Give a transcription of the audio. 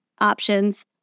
options